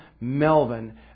Melvin